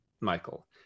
michael